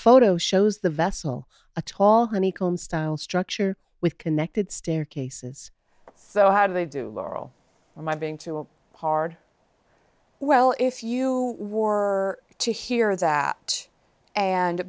photo shows the vessel a tall honeycomb style structure with connected staircases so how do they do on my being too hard well if you wore to hear that and